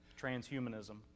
Transhumanism